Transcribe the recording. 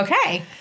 Okay